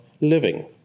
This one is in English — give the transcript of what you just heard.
living